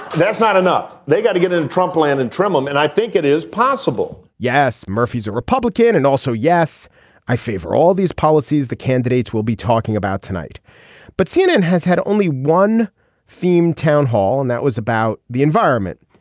that's not enough. they've got to get to the trump land and trump them. and i think it is possible yes murphy is a republican and also yes i favor all these policies the candidates will be talking about tonight but cnn has had only one theme town hall and that was about the environment.